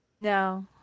No